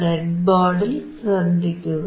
ബ്രെഡ്ബോർഡിൽ ശ്രദ്ധിക്കുക